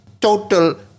total